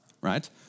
right